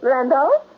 Randall